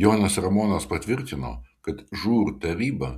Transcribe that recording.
jonas ramonas patvirtino kad žūr taryba